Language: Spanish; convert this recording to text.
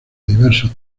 diverso